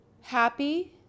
happy